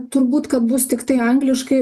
turbūt kad bus tiktai angliškai